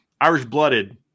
Irish-blooded